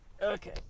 Okay